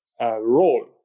role